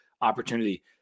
opportunity